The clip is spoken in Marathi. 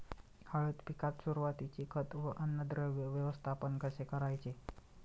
हळद पिकात सुरुवातीचे खत व अन्नद्रव्य व्यवस्थापन कसे करायचे?